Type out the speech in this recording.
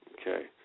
Okay